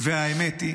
והאמת היא